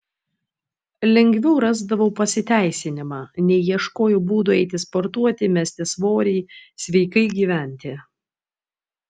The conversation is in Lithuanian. lengviau rasdavau pasiteisinimą nei ieškojau būdų eiti sportuoti mesti svorį sveikai gyventi